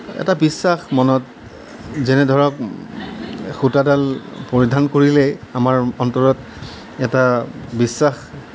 এটা বিশ্বাস মনত যেনে ধৰক সূতাডাল পৰিধান কৰিলেই আমাৰ অন্তৰত এটা বিশ্বাস